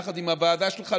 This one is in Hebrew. יחד עם הוועדה שלך,